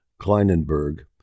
Kleinenberg